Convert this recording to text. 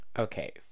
Okay